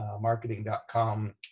marketing.com